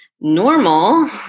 normal